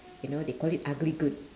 you know they call it ugly good